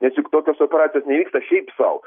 nes juk tokios operacijos nevyksta šiaip sau